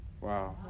Wow